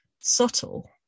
subtle